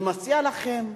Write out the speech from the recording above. אני מציע לכם,